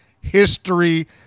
history